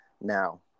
now